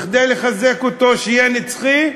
כדי לחזק אותו, שיהיה נצחי,